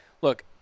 look